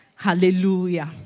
Hallelujah